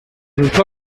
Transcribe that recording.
sus